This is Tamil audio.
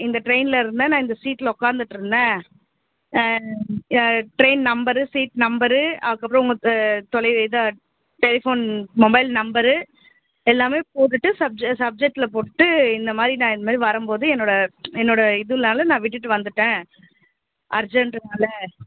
இந்த ட்ரெயின்லிருந்துதான் நான் இந்த ஸீட்டில் உட்காந்துட்டுருந்தேன் இந்த ட்ரெயின் நம்பரு ஸீட் நம்பரு அதுக்கப்புறம் உங்கள் தோ தொலை இதான் டெலிஃபோன் மொபைல் நம்பரு எல்லாமே போட்டுவிட்டு சப்ஜெ சப்ஜெக்டில் போட்டுவிட்டு இந்த மாதிரி நான் இந்த மாதிரி வரும்போது என்னோடய என்னோடய இதனால நான் விட்டுவிட்டு வந்துட்டேன் அர்ஜென்டுனால்